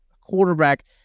quarterback